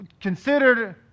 considered